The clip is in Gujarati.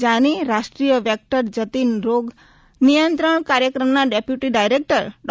જાનીરાષ્ટ્રીય વેક્ટર જનિત રોગ નિયંત્રણ કાર્યક્રમના ડેપ્યુટી ડાયરેક્ટર ડો